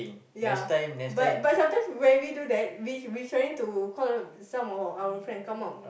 ya but but sometimes when we do that we we trying to call some of our friend come out